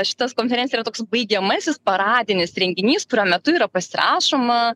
šitas konferencija yra toks baigiamasis paradinis renginys kurio metu yra pasirašoma